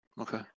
Okay